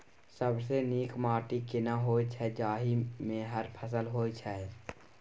सबसे नीक माटी केना होय छै, जाहि मे हर फसल होय छै?